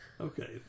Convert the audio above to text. Okay